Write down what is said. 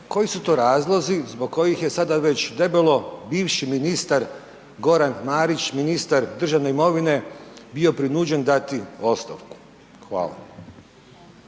koji su to razlozi zbog kojih je sada već debelo bivši ministar Goran Marić, ministar državne imovine bio prinuđen dati ostavku. Hvala.